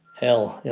hell,